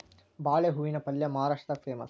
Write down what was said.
ಬಾಳೆ ಹೂವಿನ ಪಲ್ಯೆ ಮಹಾರಾಷ್ಟ್ರದಾಗ ಪೇಮಸ್